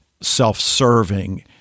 self-serving